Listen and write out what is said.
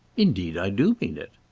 indeed i do mean it.